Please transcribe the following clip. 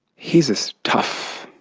he's this tough,